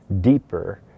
deeper